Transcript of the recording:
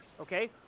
okay